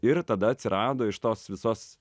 ir tada atsirado iš tos visos